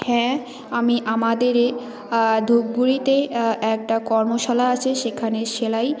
হ্যাঁ আমি আমাদের এই ধূপগুড়িতেই একটা কর্মশালা আছে সেখানে সেলাই